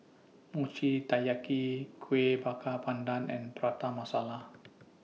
Mochi Taiyaki Kueh Bakar Pandan and Prata Masala